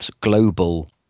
global